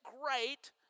great